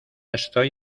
estoy